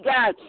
God